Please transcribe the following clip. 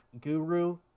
guru